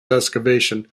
excavation